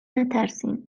نترسین